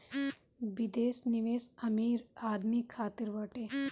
विदेश निवेश अमीर आदमी खातिर बाटे